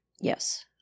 Yes